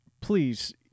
Please